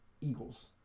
Eagles